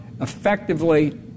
effectively